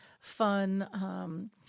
fun